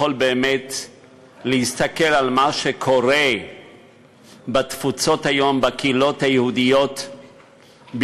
יכול באמת להסתכל על מה שקורה היום בקהילות היהודיות בתפוצות,